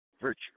virtue